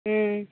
ம்